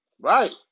Right